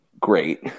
great